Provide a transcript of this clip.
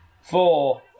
four